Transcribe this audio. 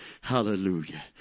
Hallelujah